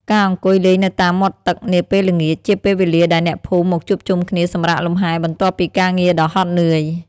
ការអង្គុយលេងនៅតាមមាត់ទឹកនាពេលល្ងាច ជាពេលវេលាដែលអ្នកភូមិមកជួបជុំគ្នាសម្រាកលំហែបន្ទាប់ពីការងារដ៏ហត់នឿយ។